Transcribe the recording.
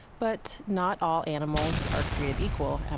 but not all animals are created equal.